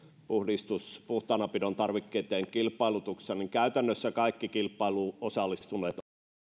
puhtaanapidon tarvikkeitten kilpailutuksesta käytännössä kaikki kilpailuun osallistuneet ovat suomalaisia pk yrityksiä lähinnä tähän